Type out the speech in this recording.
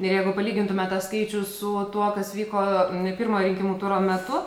ir jeigu palygintume tą skaičių su tuo kas vyko pirmo rinkimų turo metu